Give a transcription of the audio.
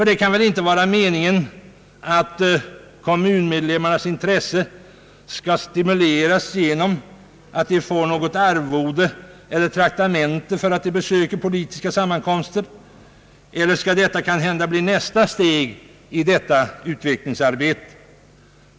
Ty det kan väl inte vara meningen att kommunmedlemmarnas intresse skall stimuleras genom att de får något arvode eller traktamente därför att de besöker politiska sammankomster, eller skall detta kanhända bli nästa steg i utvecklingsarbetet?